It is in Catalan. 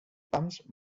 pams